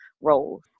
roles